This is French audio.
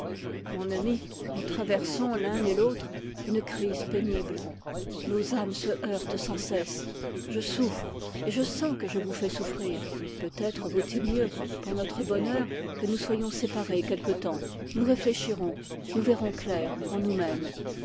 mon amie nous traversons l'un et l'autre une crise pénible nos âmes se heurtent sans cesse je souffre et je vous fais souffrir peut-être vaut-il mieux pour notre bonheur que nous soyons séparés quelque temps nous réfléchirons nous verrons clair en nous-mêmes